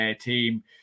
team